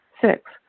Six